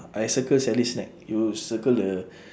I circle sally's snack you circle the